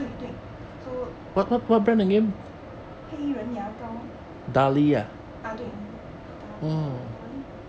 对对 so 黑人牙膏 ah 对 darlie darlie